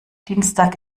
dienstag